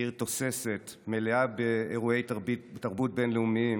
עיר תוססת, מלאה באירועי תרבות בין-לאומיים,